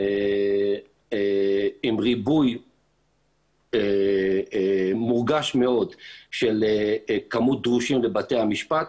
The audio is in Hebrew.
עם ריבוי מורגש מאוד של כמות דרושים לבתי המשפט,